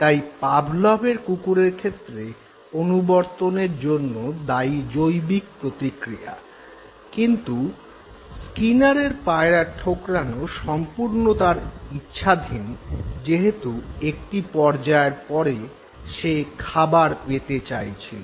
তাই পাভলভের কুকুরের ক্ষেত্রে অনুবর্তনের জন্য দায়ী জৈবিক প্রতিক্রিয়া কিন্তু স্কিনারের পায়রার ঠোকরানো সম্পূর্ণ তার ইচ্ছাধীন বিষয় যেহেতু একটি পর্যায়ের পরে সে খাবার পেতে চাইছিল